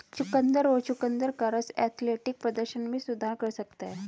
चुकंदर और चुकंदर का रस एथलेटिक प्रदर्शन में सुधार कर सकता है